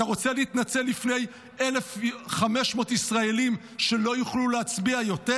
אתה רוצה להתנצל לפני 1,500 ישראלים שלא יוכלו להצביע יותר?